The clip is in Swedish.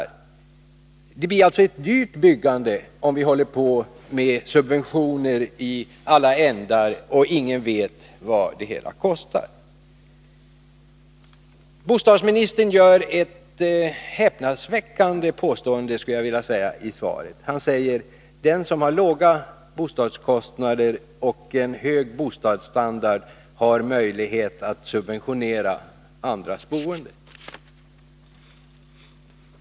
Det blir alltså ett dyrt byggande om vi har subventioner i alla ändar och ingen vet vad det hela kostar. Bostadsministern gör ett häpnadsväckande påstående i svaret. Han säger att de som har låga bostadskostnader och en hög bostadsstandard har möjlighet att subventionera andras boende.